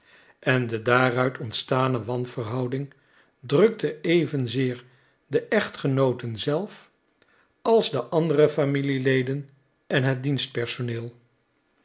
en de daaruit ontstane wanverhouding drukte evenzeer de echtgenooten zelf als de andere familieleden en het